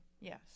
Yes